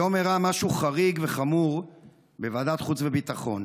היום אירע משהו חריג וחמור בוועדת חוץ וביטחון.